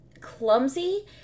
clumsy